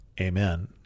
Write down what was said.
Amen